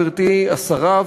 גברתי השרה,